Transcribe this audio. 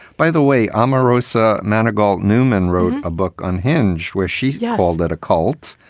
by the way, ah omarosa manigault, newman wrote a book unhinged where she's yeah all that a cult.